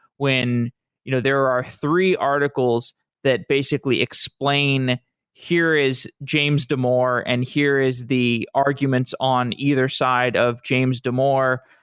when you know there are three articles that basically explain here is james damore and here is the arguments on either side of james damore,